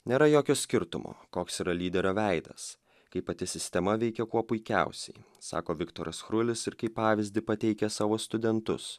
nėra jokio skirtumo koks yra lyderio veidas kai pati sistema veikia kuo puikiausiai sako viktoras chrulis ir kaip pavyzdį pateikia savo studentus